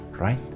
right